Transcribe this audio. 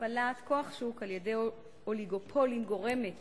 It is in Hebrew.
הפעלת כוח שוק על-ידי אוליגופולים גורמת